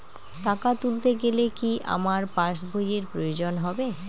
টাকা তুলতে গেলে কি আমার পাশ বইয়ের প্রয়োজন হবে?